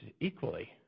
equally